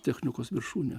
technikos viršūnę